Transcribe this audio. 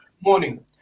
morning